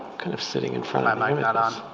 kind of sitting in front um i mean but